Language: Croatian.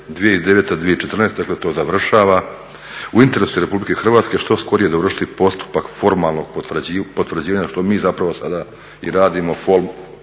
2009./2014. Dakle, to završava. U interesu je RH što skorije dovršiti postupak formalnog potvrđivanja što mi zapravo sada i radimo fol